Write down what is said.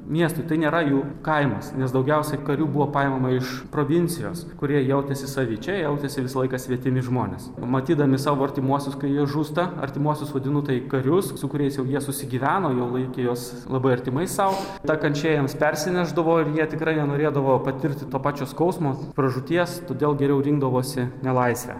miestui tai nėra jų kaimas nes daugiausiai karių buvo paimama iš provincijos kurie jautėsi savi čia jautėsi visą laiką svetimi žmonės matydami savo artimuosius kai jie žūsta artimuosius vadinu tai karius su kuriais jau jie susigyveno jau laikė juos labai artimais sau ta kančia jiems persinešdavo ir jie tikrai nenorėdavo patirti to pačio skausmo pražūties todėl geriau rinkdavosi nelaisvę